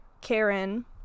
Karen